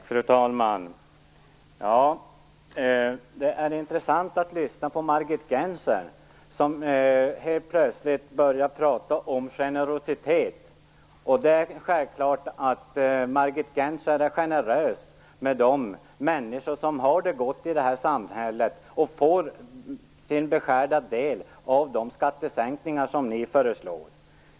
Fru talman! Det är intressant att lyssna på Margit Gennser, som helt plötsligt börjar tala om generositet. Det är självklart att Margit Gennser är generös mot de människor som har det gott i vårt samhälle och som får sin beskärda del av de skattesänkningar som ni föreslår.